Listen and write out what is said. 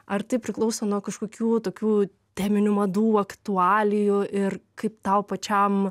ar tai priklauso nuo kažkokių tokių teminių madų aktualijų ir kaip tau pačiam